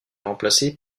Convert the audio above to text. remplacé